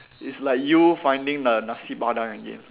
it's like you finding the Nasi-Padang again